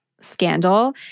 scandal